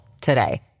today